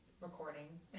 recording